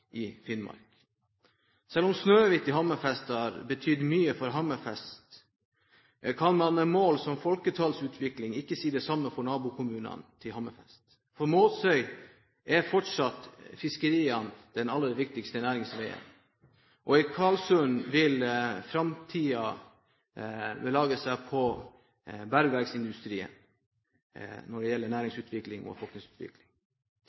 Finnmark. Selv om Snøhvit har betydd mye for Hammerfest, kan man med mål som folketallsutvikling ikke si det samme om Hammerfests nabokommuner. For Måsøy er fiskeriene fortsatt den aller viktigste næringsveien, og i Kvalsund vil man i framtiden belage seg på bergverksindustrien når det gjelder